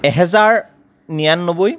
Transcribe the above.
এহেজাৰ নিৰানব্বৈ